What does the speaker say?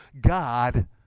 God